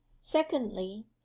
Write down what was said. secondly